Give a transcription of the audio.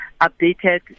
updated